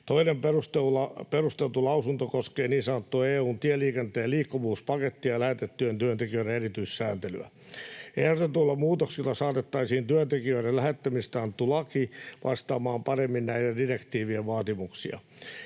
Toinen perusteltu lausunto koskee niin sanottua EU:n tieliikenteen liikkuvuuspakettia ja lähetettyjen työntekijöiden erityissääntelyä. Ehdotetuilla muutoksilla saatettaisiin työntekijöiden lähettämisestä annettu laki vastaamaan paremmin näiden direktiivien vaatimuksia.